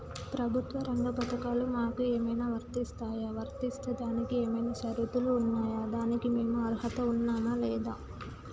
ప్రభుత్వ రంగ పథకాలు మాకు ఏమైనా వర్తిస్తాయా? వర్తిస్తే దానికి ఏమైనా షరతులు ఉన్నాయా? దానికి మేము అర్హత ఉన్నామా లేదా?